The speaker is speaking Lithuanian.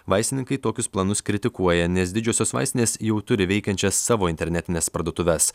vaistininkai tokius planus kritikuoja nes didžiosios vaistinės jau turi veikiančias savo internetines parduotuves